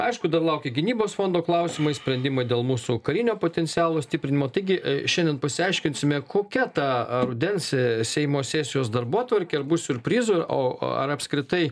aišku dar laukia gynybos fondo klausimai sprendimai dėl mūsų karinio potencialo stiprinimo taigi šiandien pasiaiškinsime kokia ta rudens seimo sesijos darbotvarkė ar bus siurprizų o ar apskritai